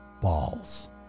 balls